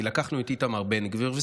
כי לקחנו את איתמר בן גביר,